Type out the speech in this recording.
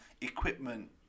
equipment